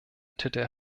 titel